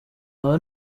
aba